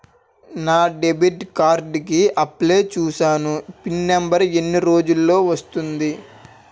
నా debit card కి apply చూసాను పిన్ నంబర్ ఎన్ని రోజుల్లో వస్తుంది?